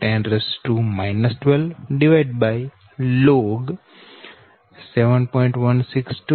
854 10 12ln 7